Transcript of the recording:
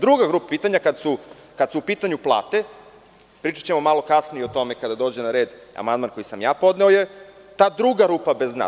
Druga grupa pitanja, kada su u pitanju plate, pričaćemo malo kasnije o tome kada dođe na red, amandman koji sam ja podneo je ta druga rupa bez dna.